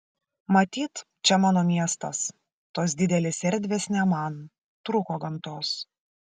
matyt čia mano miestas tos didelės erdvės ne man trūko gamtos